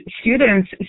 students